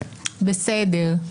בסדר.